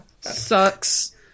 Sucks